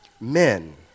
men